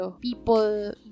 People